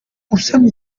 usomye